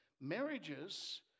marriages